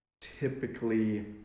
typically